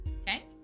Okay